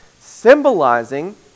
symbolizing